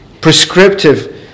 prescriptive